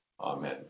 Amen